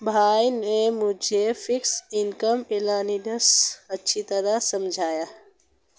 भाई ने मुझे फिक्स्ड इनकम एनालिसिस अच्छी तरह समझाया